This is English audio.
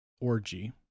Orgy